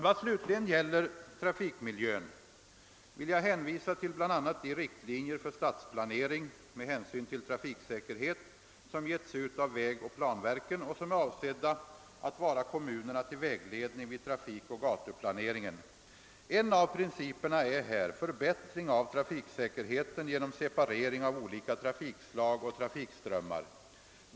Vad slutligen gäller trafikmiljön vil jag hänvisa till bl.a. de riktlinjer för stadsplanering med hänsyn till trafiksäkerhet som getts ut av vägoch planverken och som är avsedda att:vara kommunerna till vägledning vid trafikoch gatuplaneringen. En av principerna är här förbättring av trafiksäkerheten genom separering av olika trafikslag och trafikströmmar.